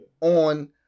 on